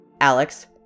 Alex